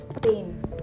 pain